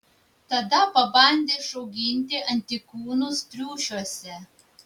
tada pabandė išauginti antikūnus triušiuose